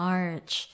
March